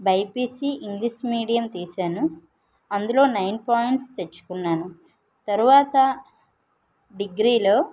BiPC English medium తీశాను అందులో nine points తెచ్చుకున్నాను తర్వాత డిగ్రీ లో